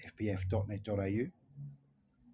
fpf.net.au